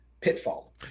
Pitfall